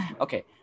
Okay